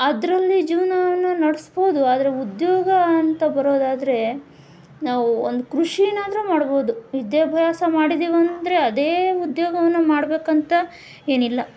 ಅದರಲ್ಲಿ ಜೀವನವನ್ನು ನಡೆಸ್ಬೋದು ಆದರೆ ಉದ್ಯೋಗ ಅಂತ ಬರೋದಾದರೆ ನಾವು ಒಂದು ಕೃಷಿನಾದ್ರೂ ಮಾಡ್ಬೋದು ವಿದ್ಯಾಭ್ಯಾಸ ಮಾಡಿದ್ದೀವಂದ್ರೆ ಅದೇ ಉದ್ಯೋಗವನ್ನು ಮಾಡ್ಬೇಕು ಅಂತ ಏನಿಲ್ಲ